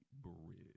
bridge